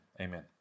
amen